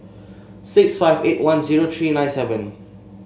six five eight one zero three nine seven